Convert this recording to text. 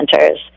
centers